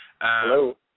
Hello